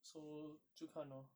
so 就看 lor